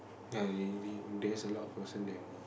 ya living there's a lot of person there one